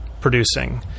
producing